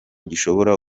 gishobora